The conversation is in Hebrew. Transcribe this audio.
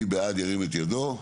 מי בעד ירים את ידו,